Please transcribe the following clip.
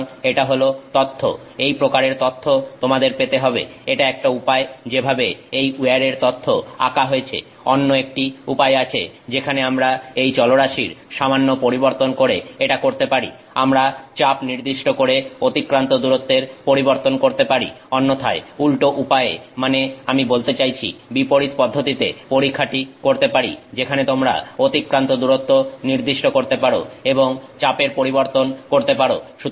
সুতরাং এটা হল তথ্য এই প্রকারের তথ্য তোমাদের পেতে হবে এটা একটা উপায় যেভাবে এই উইয়ারের তথ্য আঁকা হয়েছে অন্য একটি উপায় আছে যেখানে আমরা এই চলরাশির সামান্য পরিবর্তন করে এটা করতে পারি আমরা চাপ নির্দিষ্ট করে অতিক্রান্ত দূরত্বের পরিবর্তন করতে পারি অন্যথায় উল্টো উপায়ে মানে আমি বলতে চাইছি বিপরীত পদ্ধতিতে পরীক্ষাটি করতে পারি যেখানে তোমরা অতিক্রান্ত দূরত্ব নির্দিষ্ট করতে পারো এবং চাপের পরিবর্তন করতে পারো